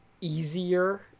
easier